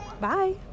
Bye